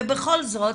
ובכל זאת